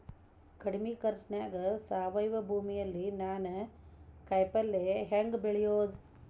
ಕಡಮಿ ಖರ್ಚನ್ಯಾಗ್ ಸಾವಯವ ಭೂಮಿಯಲ್ಲಿ ನಾನ್ ಕಾಯಿಪಲ್ಲೆ ಹೆಂಗ್ ಬೆಳಿಯೋದ್?